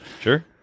Sure